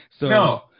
No